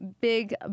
Big